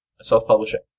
self-publishing